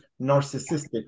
narcissistic